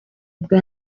bwa